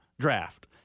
draft